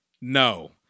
No